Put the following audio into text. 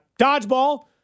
dodgeball